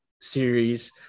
series